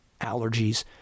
allergies